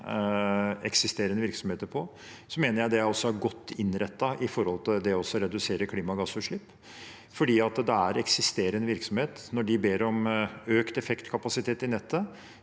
eksisterende virksomheter på, mener jeg det også er godt innrettet når det gjelder å redusere klimagassutslipp, fordi det er eksisterende virksomhet. Når de ber om økt effektkapasitet i nettet,